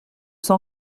cent